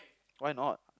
why not